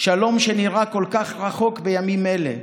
שלום שנראה כל כך רחוק בימים אלה.